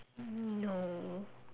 um no